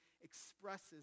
expresses